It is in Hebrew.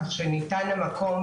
כך שניתנו המקום